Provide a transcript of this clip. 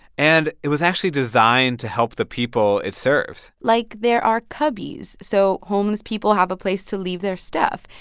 and it was actually designed to help the people it serves like, there are cubbies so homeless people have a place to leave their stuff.